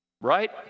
right